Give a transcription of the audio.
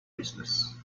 business